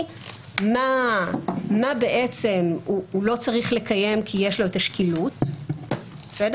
מה בעצם הוא לא צריך לקיים כי יש לו את השקילות ומה